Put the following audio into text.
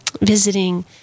visiting